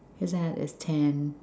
is that his tent